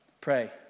Pray